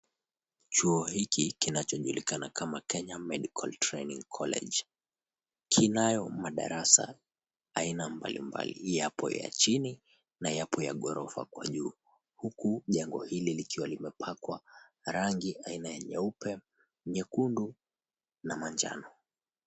Chuo hiki, kinachojulikana kama Kenya Medical Training College, kinayo madarasa aina mbalimbali, yapo ya chini na yapo ya ghorofa huko juu, huku jengo hili likiwa limepakwa rangi aina ya nyeupe, nyekundu na manjano.